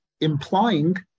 Implying